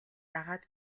дагаад